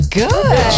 good